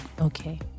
okay